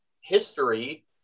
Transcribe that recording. history